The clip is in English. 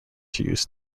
used